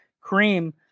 cream